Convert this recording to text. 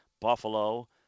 Buffalo